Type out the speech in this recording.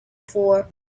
for